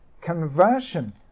conversion